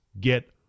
get